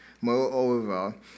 Moreover